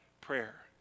prayer